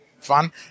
fun